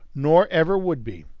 nor ever would be,